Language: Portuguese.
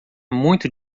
muito